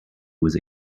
was